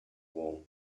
war